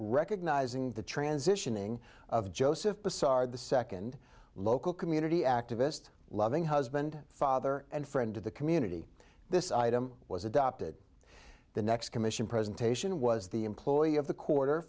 recognizing the transitioning of joseph basar the second local community activist loving husband father and friend to the community this item was adopted the next commission presentation was the